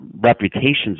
reputations